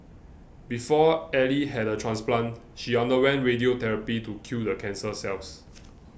before Ally had a transplant she underwent radiotherapy to kill the cancer cells